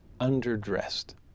underdressed